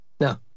No